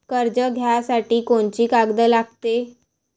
कर्ज घ्यासाठी कोनची कागद लागते?